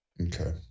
Okay